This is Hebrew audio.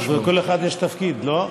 טוב, לכל אחד יש תפקיד, לא?